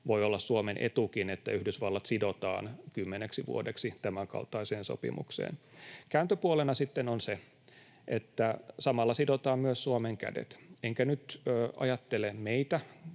voi olla Suomen etukin, että Yhdysvallat sidotaan kymmeneksi vuodeksi tämänkaltaiseen sopimukseen. Kääntöpuolena sitten on se, että samalla sidotaan myös Suomen kädet, enkä nyt ajattele meitä,